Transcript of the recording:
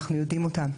אנחנו יודעים אותם.